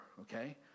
okay